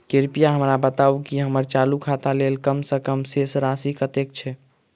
कृपया हमरा बताबू की हम्मर चालू खाता लेल कम सँ कम शेष राशि कतेक छै?